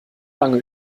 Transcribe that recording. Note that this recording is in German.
lange